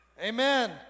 amen